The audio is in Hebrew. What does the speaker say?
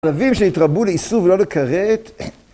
רבים שהתרבו לאיסור ולא לכרת